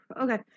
Okay